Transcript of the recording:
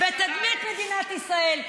בתדמית מדינת ישראל,